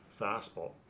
fastball